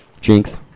Jinx